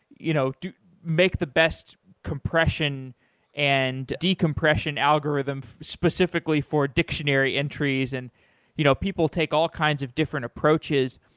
you know make the best compression and decompression algorithm specifically for dictionary entries. and you know people take all kinds of different approaches.